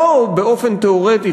לא באופן תיאורטי,